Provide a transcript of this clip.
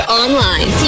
online